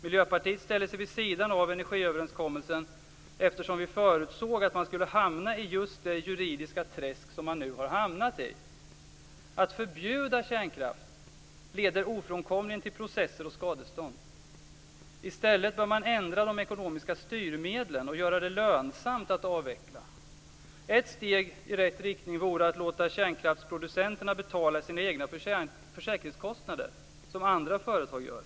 Miljöpartiet ställde sig vid sidan av energiöverenskommelsen, eftersom vi förutsåg att man skulle hamna i just det juridiska träsk som man nu har hamnat i. Att förbjuda kärnkraft leder ofrånkomligen till processer och skadestånd. I stället bör man ändra de ekonomiska styrmedlen och göra det lönsamt att avveckla. Ett steg i rätt riktning vore att låta kärnkraftsproducenterna betala sina egna försäkringskostnader, som andra företag gör.